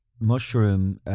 mushroom